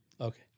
Okay